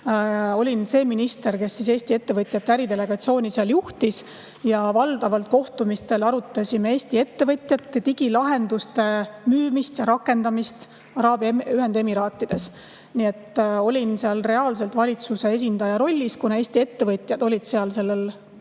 Olin see minister, kes Eesti ettevõtjate äridelegatsiooni seal juhtis. Valdavalt arutasime kohtumistel Eesti ettevõtjate digilahenduste müümist ja rakendamist Araabia Ühendemiraatides. Nii et olin seal reaalselt valitsuse esindaja rollis, kuna Eesti ettevõtjad olid sellel